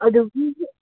ꯑꯗꯨ ꯐꯤꯁꯦ